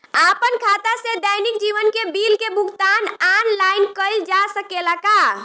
आपन खाता से दैनिक जीवन के बिल के भुगतान आनलाइन कइल जा सकेला का?